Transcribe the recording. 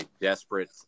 desperate